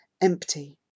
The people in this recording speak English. empty